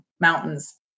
mountains